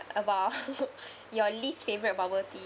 about your least favourite bubble tea